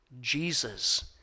Jesus